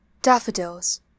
Daffodils